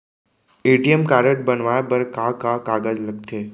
ATM card बनवाये बर का का कागज लगथे?